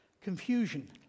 confusion